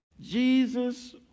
Jesus